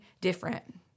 different